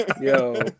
Yo